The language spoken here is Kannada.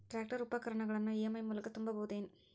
ಟ್ರ್ಯಾಕ್ಟರ್ ಉಪಕರಣಗಳನ್ನು ಇ.ಎಂ.ಐ ಮೂಲಕ ತುಂಬಬಹುದ ಏನ್?